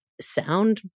sound